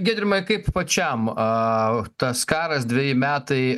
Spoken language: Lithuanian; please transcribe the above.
giedrimai kaip pačiam a tas karas dveji metai